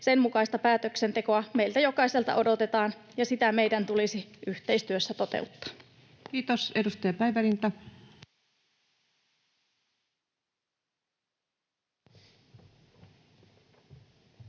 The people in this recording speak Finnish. Sen mukaista päätöksentekoa meiltä jokaiselta odotetaan, ja sitä meidän tulisi yhteistyössä toteuttaa. Kiitos. — Edustaja Päivärinta.